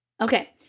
Okay